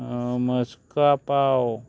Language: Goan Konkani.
मसका पाव